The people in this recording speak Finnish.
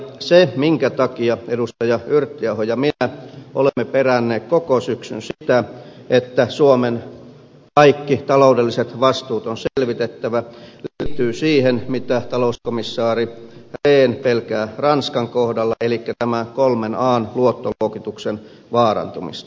se minkä takia edustaja yrttiaho ja minä olemme peränneet koko syksyn sitä että suomen kaikki taloudelliset vastuut on selvitettävä liittyy siihen mitä talouskomissaari rehn pelkää ranskan kohdalla elikkä tämän kolmen an luottoluokituksen vaarantumista